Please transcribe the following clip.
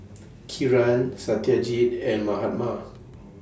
Kiran Satyajit and Mahatma